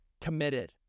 committed